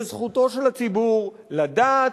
וזכותו של הציבור לדעת,